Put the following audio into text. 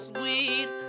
weed